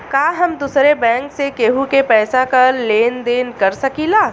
का हम दूसरे बैंक से केहू के पैसा क लेन देन कर सकिला?